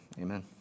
Amen